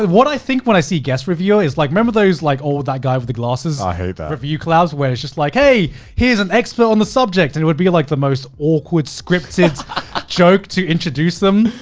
what i think when i see guest reviewer is like remember those like old, that guy with the glasses? i hate that. review clouds. where it's just like, hey here's an expert on the subject. and it would be like the most awkward, scripted joke to introduce them.